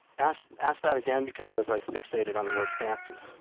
ask ask that again? because i was like fixated on the word fancy.